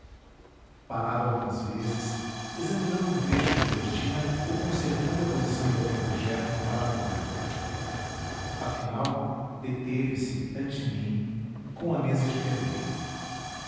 parava algumas vezes examinando um trecho de cortina ou concertando a posição de algum objeto no aparador afinal deteve-se ante mim com a mesa de permeio